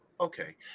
Okay